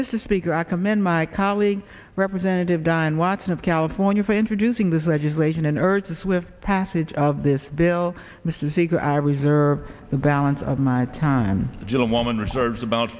mr speaker i commend my colleague representative diane watson of california for introducing this legislation and urged a swift passage of this bill mrs eager i reserve the balance of my time gentlewoman reserves about